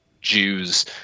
Jews